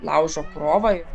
laužo krovą